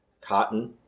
cotton